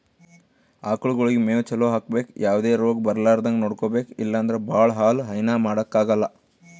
ಆಕಳಗೊಳಿಗ್ ಮೇವ್ ಚಲೋ ಹಾಕ್ಬೇಕ್ ಯಾವದೇ ರೋಗ್ ಬರಲಾರದಂಗ್ ನೋಡ್ಕೊಬೆಕ್ ಇಲ್ಲಂದ್ರ ಭಾಳ ಹಾಲ್ ಹೈನಾ ಮಾಡಕ್ಕಾಗಲ್